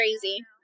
crazy